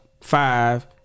Five